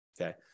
okay